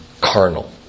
carnal